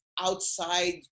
outside